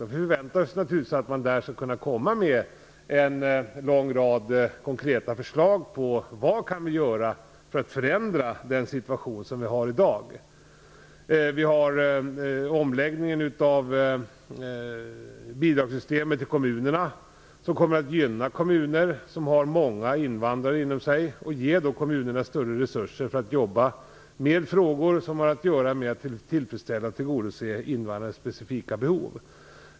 Det förväntas naturligtvis att man där skall komma med en lång rad konkreta förslag om vad vi kan göra för att förändra situationen i dag. Vi har omläggningen av bidragssystemet beträffande kommunerna, vilket kommer att gynna kommuner med många invandrare och ge kommunerna större resurser så att de kan jobba med frågor som har att göra med att tillfredsställa och tillgodose invandrarnas specifika behov.